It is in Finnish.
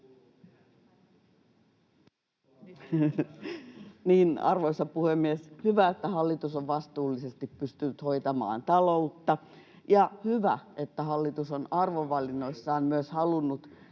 Arvoisa puhemies! Hyvä, että hallitus on vastuullisesti pystynyt hoitamaan taloutta, ja hyvä, että hallitus on arvovalinnoissaan myös halunnut